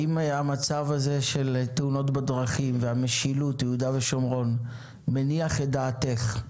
האם המצב הזה של תאונות בדרכים והמשילות ביהודה ושומרון מניח את דעתך?